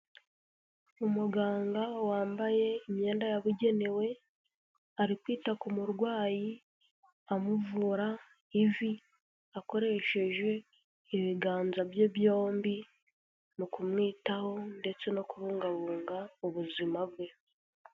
Umuganga wambaye imyenda yabugenewe, ari kwita ku murwayi amuvura ivi, akoresheje ibiganza bye byombi mu kumwitaho, ndetse no kubungabunga ubuzima bwe.